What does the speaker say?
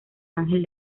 ángel